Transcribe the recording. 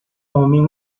homem